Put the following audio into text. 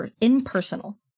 impersonal